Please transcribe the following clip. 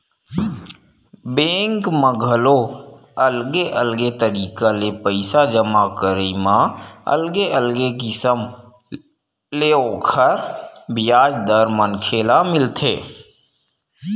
bank म घलो अलगे अलगे तरिका ले पइसा जमा करई म अलगे अलगे किसम ले ओखर बियाज दर मनखे ल मिलथे